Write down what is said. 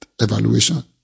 evaluation